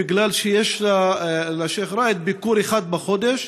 בגלל שיש לשיח' ראאד ביקור אחד בחודש,